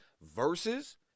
versus